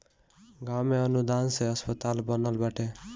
गांव में अनुदान से अस्पताल बनल बाटे